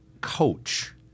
coach